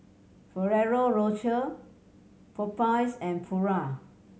Ferrero Rocher Popeyes and Pura